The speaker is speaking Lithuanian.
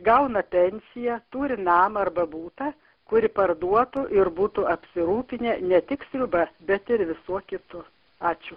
gauna pensiją turi namą arba butą kurį parduotų ir būtų apsirūpinę ne tik sriuba bet ir viskuo kitu ačiū